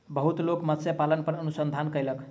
बहुत लोक मत्स्य पालन पर अनुसंधान कयलक